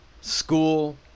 school